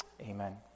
Amen